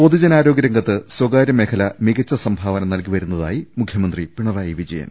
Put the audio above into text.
പൊതുജനാരോഗ്യരംഗത്ത് സ്വകാര്യ മേഖല മികച്ച സംഭാവന നൽകിവരുന്നതായി മുഖ്യമന്ത്രി പിണറായി വിജയൻ